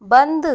बंद